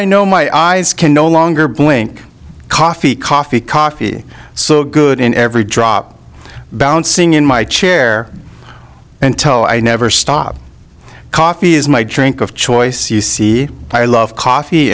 i know my eyes can no longer blink coffee coffee coffee so good in every drop bouncing in my chair until i never stop coffee is my drink of choice you see i love coffee